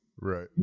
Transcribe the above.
right